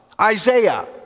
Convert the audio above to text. Isaiah